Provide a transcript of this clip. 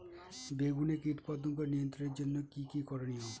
বেগুনে কীটপতঙ্গ নিয়ন্ত্রণের জন্য কি কী করনীয়?